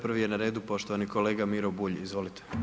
Prvi je na redu poštovani kolega Miro Bulj, izvolite.